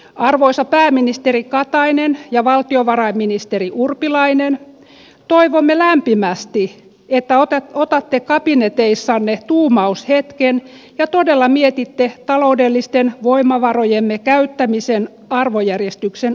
arvoisa pääministeri katainen ja valtiovarainministeri urpilainen toivomme lämpimästi että otatte kabineteissanne tuumaushetken ja todella mietitte taloudellisten voimavarojemme käyttämisen arvojärjestyksen uudestaan